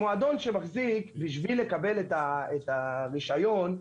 בשביל לקבל את הרישיון,